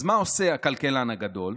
אז מה עושה הכלכלן הגדול?